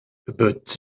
but